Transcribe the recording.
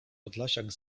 podlasiak